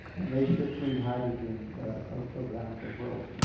and they ship green hydrogen ah around the world.